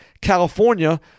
California